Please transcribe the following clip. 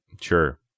Sure